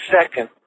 second